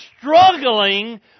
struggling